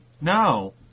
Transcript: No